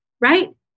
right